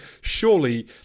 surely